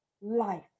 life